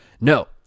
No